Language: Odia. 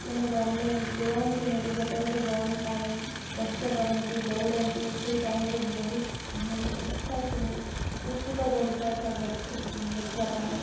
ମାନେ ରନ୍ରେ ରନ୍କୁ ନେଇକି ଗୋଟେ ଗୋଟେ ରନ୍ ପାଇଁ କଷ୍ଟ କରନ୍ତି ଦୌଡ଼ନ୍ତି ସେଇ ଟାଇମ୍ ରେ ବହୁତ ମାନେ ଇଚ୍ଛା ଉତ୍ସୁକ ବଢ଼ିଯାଇଥାଏ ଦେଖିବାପାଇଁ